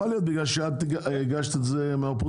יכול להיות שבגלל שהגשת את זה מהאופוזיציה.